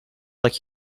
like